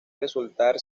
resultar